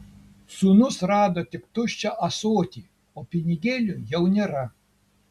sūnus rado tik tuščią ąsotį o pinigėlių jau nėra